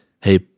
hey